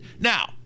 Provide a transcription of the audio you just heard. Now